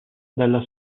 della